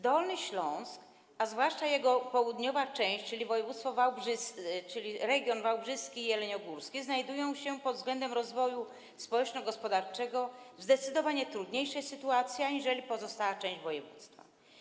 Dolny Śląsk, a zwłaszcza jego południowa część, czyli region wałbrzyski i jeleniogórski, znajduje się pod względem rozwoju społeczno-gospodarczego w zdecydowanie trudniejszej sytuacji aniżeli pozostała część województwa.